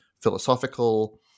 philosophical